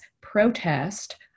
protest